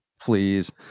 Please